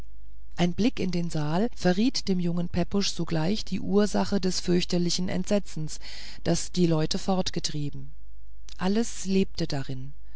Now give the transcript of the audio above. ein blick in den saal verriet dem jungen pepusch sogleich die ursache des fürchterlichen entsetzens das die leute fortgetrieben alles lebte darin